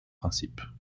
principes